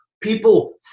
people